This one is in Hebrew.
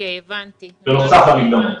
זה בנוסף למקדמות.